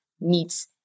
meets